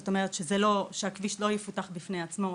זאת אומרת שהכביש לא ייפתח בפני עצמו,